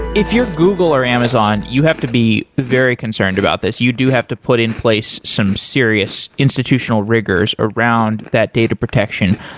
if you're google or amazon, you have to be very concerned about this. you do have to put in place some serious institutional rigors around that data protection.